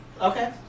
Okay